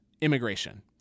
immigration